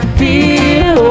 feel